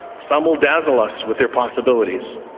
some will dazzle us with their possibilities,